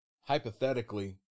hypothetically